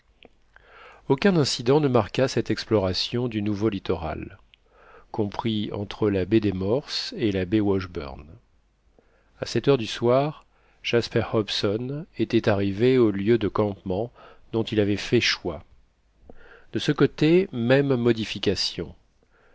aucun incident ne marqua cette exploration du nouveau littoral compris entre la baie des morses et la baie washburn à sept heures du soir jasper hobson était arrivé au lieu de campement dont il avait fait choix de ce côté même modification